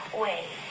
wait